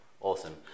Awesome